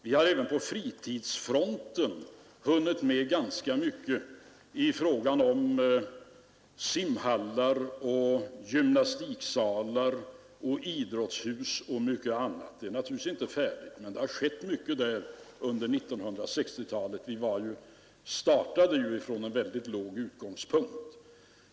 Vi har även på fritidsfronten hunnit med ganska mycket i fråga om simhallar och gymnastiksalar och idrottshus och mycket annat. Det är naturligtvis inte färdigt, men det har skett mycket där under 1960-talet. Vi startade ju ifrån en väldigt låg utgångspunkt.